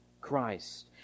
Christ